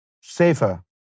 safer